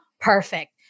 perfect